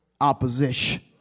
opposition